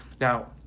Now